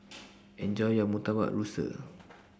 Enjoy your Murtabak Rusa